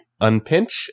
Unpinch